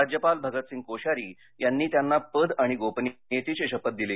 राज्यपाल भगतसिंग कोश्यारी यांनी त्यांना पद आणि गोपनीयतेची शपथ दिली